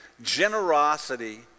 Generosity